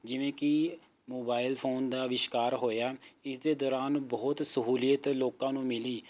ਜਿਵੇਂ ਕਿ mobile phone ਦਾ ਆਵਿਸ਼ਿਕਾਰ ਹੋਇਆ ਇਸਦੇ ਦੌਰਾਨ ਬਹੁਤ ਸਹੁੂਲੀਅਤ ਲੋਕਾਂ ਨੂੰ ਮਿਲੀ